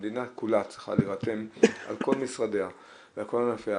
המדינה כולה צריכה להירתם על משרדיה ועל כל ענפיה